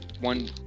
one